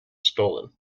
stolen